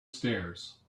stairs